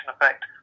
effect